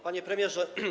Panie Premierze!